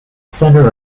centre